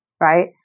right